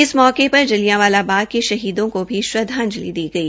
इस मौके पर जलियावालां बाग के शहीदों को भी श्रद्धांजलि दी गई